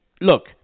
Look